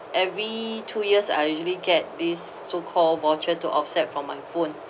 every two years I usually get these so called voucher to offset for my phone